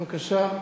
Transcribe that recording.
בבקשה.